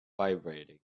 vibrating